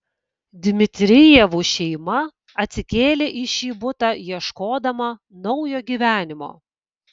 dmitrijevų šeima atsikėlė į šį butą ieškodama naujo gyvenimo